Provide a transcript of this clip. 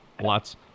lots